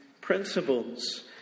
principles